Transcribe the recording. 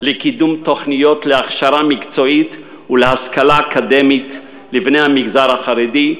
לקידום תוכניות להכשרה מקצועית ולהשכלה אקדמית לבני המגזר החרדי,